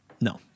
No